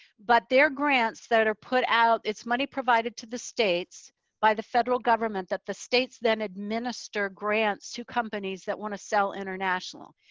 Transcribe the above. but they're grants that are put out, it's money provided to the states by the federal government, that the states then administer grants to companies that wanna sell international.